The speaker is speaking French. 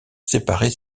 séparer